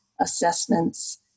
assessments